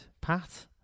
Pat